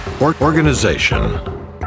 Organization